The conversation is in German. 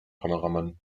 kameramann